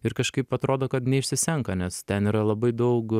ir kažkaip atrodo kad neišsisenka nes ten yra labai daug